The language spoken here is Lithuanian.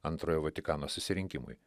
antrojo vatikano susirinkimui